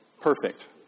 Perfect